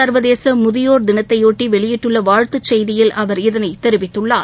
ச்வதேசமுதியோர் தினத்தையொட்டி வெளியிட்டுள்ளவாழ்த்துச் செய்தியில் அவர் இதனைதெரிவித்துள்ளார்